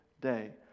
day